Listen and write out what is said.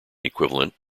equivalent